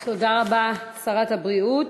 תודה רבה, שרת הבריאות.